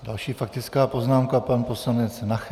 Další faktická poznámka pan poslanec Nacher.